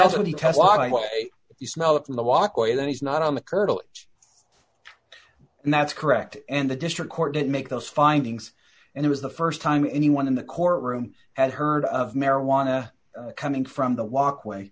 why you smell it in the walkway that he's not on the curtilage and that's correct and the district court didn't make those findings and it was the st time anyone in the courtroom had heard of marijuana coming from the walkway